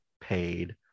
paid